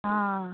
आं